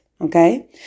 Okay